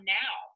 now